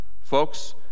Folks